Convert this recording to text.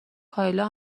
کایلا